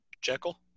Jekyll